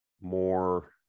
more